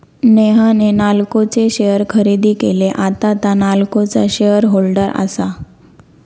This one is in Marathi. नेहान नाल्को चे शेअर खरेदी केले, आता तां नाल्कोचा शेअर होल्डर आसा